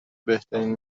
بهترین